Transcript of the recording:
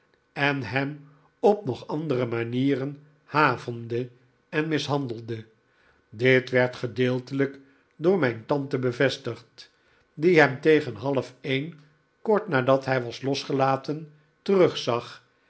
en hem op nog andere manieren havende en mishandelde dit werd gedeeltelijk door mijn tante bevestigd die hem tegen half een kort nadat hij was losgelaten terugzag